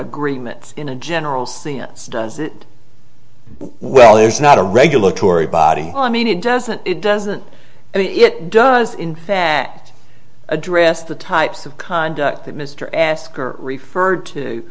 agreements in a general sense does it well there's not a regulatory body well i mean it doesn't it doesn't it does in fact address the types of conduct that mr asker referred to